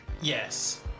Yes